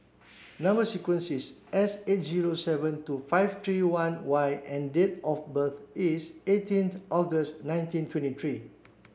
number sequence is S eight zero seven two five three one Y and date of birth is eighteenth August nineteen twenty three